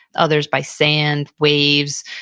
others by sand, waves,